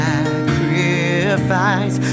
Sacrifice